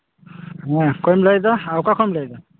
ᱢᱟ ᱚᱠᱚᱭᱮᱢ ᱞᱟᱹᱭᱫᱟ ᱟᱨ ᱚᱠᱟ ᱠᱷᱚᱱᱮᱢ ᱞᱟᱹᱭᱫᱟ